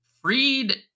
Freed